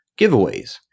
giveaways